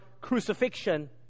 crucifixion